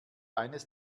eines